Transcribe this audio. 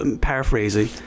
paraphrasing